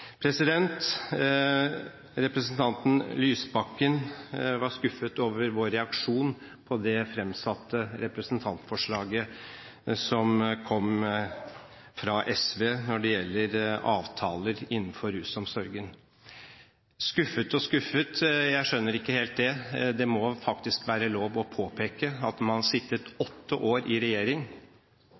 Representanten Lysbakken var skuffet over vår reaksjon på det fremsatte representantforslaget fra SV når det gjelder avtaler innenfor rusomsorgen. Skuffet og skuffet – jeg skjønner ikke helt det. Det må faktisk være lov å påpeke at man har sittet åtte år i regjering